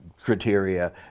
criteria